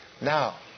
Now